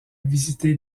visité